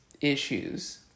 issues